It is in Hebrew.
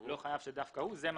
זה לא חייב להיות דווקא היזם.